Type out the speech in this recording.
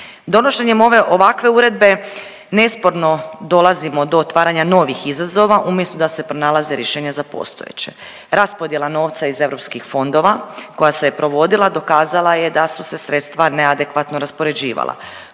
Donošenjem ove, ovakve uredbe nesporno dolazimo do otvaranja novih izazova, umjesto da se pronalaze rješenja za postojeće. Raspodjela novca iz EU fondova koja se je provodila, dokazala je da su se sredstva neadekvatno raspoređivala.